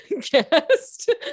guest